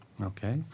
Okay